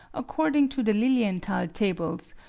according to the lilienthal tables,